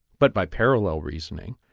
but by parallel reasoning,